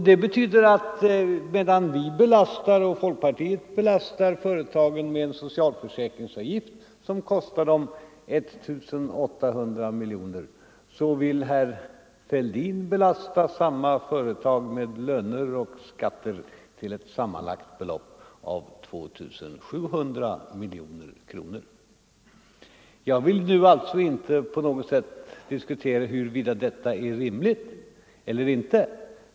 Det betyder att medan vi och folkpartiet belastar företagen med en socialförsäkringsavgift som kostar dem 1 800 miljoner kronor, så vill herr Fälldin belasta samma företag med löner och skatter till ett sammanlagt belopp av 2 700 miljoner kronor. Jag vill inte på något sätt diskutera huruvida detta är rimligt eller inte.